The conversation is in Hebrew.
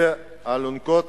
אלה אלונקות